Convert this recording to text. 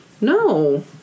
No